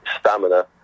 stamina